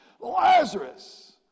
Lazarus